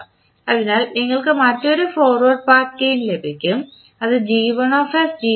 അതിനാൽ നിങ്ങൾക്ക് മറ്റൊരു ഫോർവേഡ് പാത്ത് ഗേയിൻ ലഭിക്കും അത് ആണ്